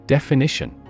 Definition